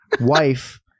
wife